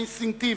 האינסטינקטיבית,